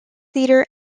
theatre